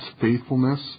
faithfulness